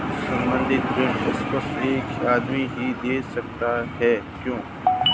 संबंद्ध ऋण सिर्फ एक आदमी ही दे सकता है क्या?